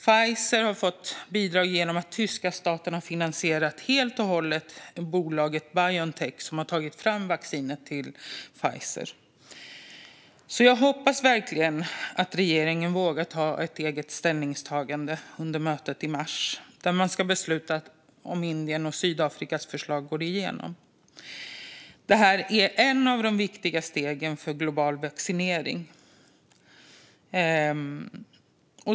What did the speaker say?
Pfizer har fått bidrag genom att den tyska staten helt och hållet har finansierat bolaget Biontech, som har tagit fram vaccinet till Pfizer. Jag hoppas verkligen att regeringen vågar göra ett eget ställningstagande under mötet i mars då man ska besluta om Indiens och Sydafrikas förslag och om det går igenom. Det här är ett av de viktiga stegen mot global vaccinering.